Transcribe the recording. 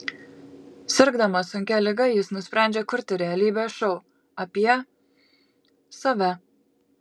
sirgdamas sunkia liga jis nusprendžia kurti realybės šou apie save